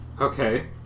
Okay